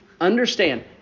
Understand